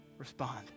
Respond